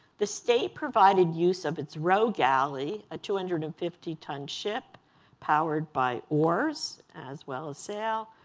the state provided use of its row galley, a two hundred and fifty ton ship powered by oars as well as sail,